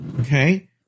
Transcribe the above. okay